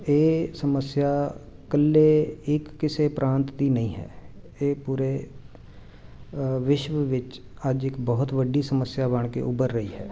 ਇਹ ਸਮੱਸਿਆ ਇਕੱਲੇ ਇੱਕ ਕਿਸੇ ਪ੍ਰਾਂਤ ਦੀ ਨਹੀਂ ਹੈ ਇਹ ਪੂਰੇ ਵਿਸ਼ਵ ਵਿੱਚ ਅੱਜ ਇੱਕ ਬਹੁਤ ਵੱਡੀ ਸਮੱਸਿਆ ਬਣ ਕੇ ਉੱਭਰ ਰਹੀ ਹੈ